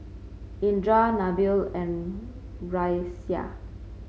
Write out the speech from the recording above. Indra Nabil and Raisya